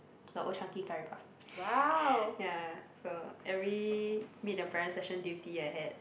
the Old-Chang-Kee curry puff ya so every meet the parent session duty I had